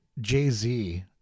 Jay-Z